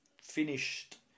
finished